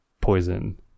poison